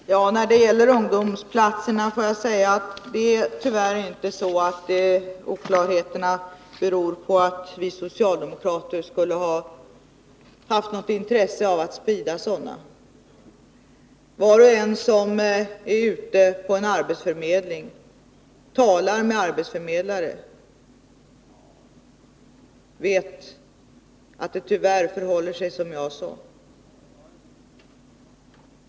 Herr talman! När det gäller ungdomsplatserna får jag säga att det tyvärr inte är så att oklarheterna beror på att vi socialdemokrater skulle ha haft något intresse av att sprida oklarheter. Var och en som är ute på en arbetsförmedling och talar med arbetsförmedlare, vet att det tyvärr förhåller sig som jag sade.